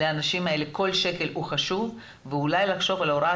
לאנשים האלה כל שקל הוא חשוב ואולי לחשוב על הוראת